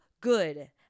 good